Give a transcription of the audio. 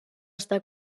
estar